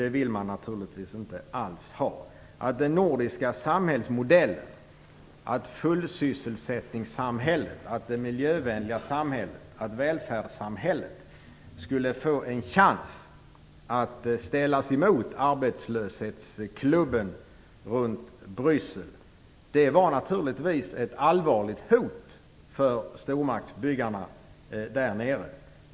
Det vill man naturligtvis inte alls ha. Att den nordiska samhällsmodellen, fullsysselsättningssamhället, det miljövänliga samhället och välfärdssamhället skulle få en chans att ställas emot arbetslöshetsklubben runt Bryssel var naturligtvis ett allvarligt hot för stormaktsbyggarna där nere.